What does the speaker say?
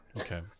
okay